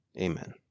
Amen